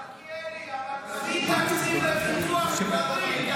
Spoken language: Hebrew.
מלכיאלי, אבל תביא תקציב לפיתוח קברים.